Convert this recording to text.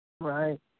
Right